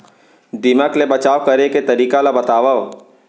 दीमक ले बचाव करे के तरीका ला बतावव?